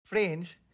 Friends